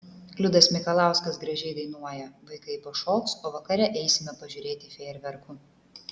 liudas mikalauskas gražiai dainuoja vaikai pašoks o vakare eisime pažiūrėti fejerverkų